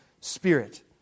Spirit